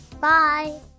Bye